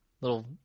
Little